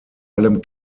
allem